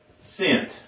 Sent